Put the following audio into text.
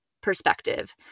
perspective